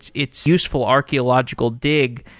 it's it's useful archeological dig.